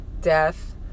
death